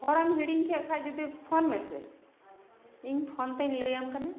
ᱦᱚᱨᱮᱢ ᱦᱤᱲᱤᱧ ᱠᱮᱫ ᱠᱷᱟᱱ ᱡᱩᱫᱤ ᱯᱷᱳᱱ ᱢᱮᱥᱮ ᱤᱧ ᱯᱷᱳᱱ ᱛᱤᱧ ᱞᱟᱹᱭᱟᱢ ᱠᱟᱱᱟ